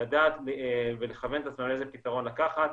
לדעת ולכוון את עצמם איזה פתרון לקחת.